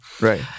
right